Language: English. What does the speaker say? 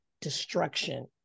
destruction